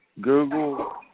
Google